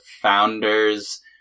founders